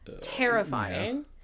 terrifying